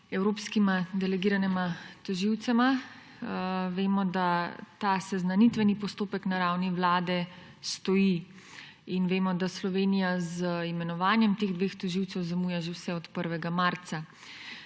evropskima delegiranima tožilcema. Vemo, da ta seznanitveni postopek na ravni Vlade stoji, in vemo, da Slovenija z imenovanjem teh dveh tožilcev zamuja že vse od 1. marca.